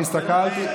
לא, אני הסתכלתי.